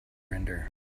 render